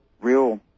real